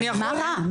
מה רע?